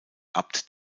abt